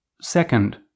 second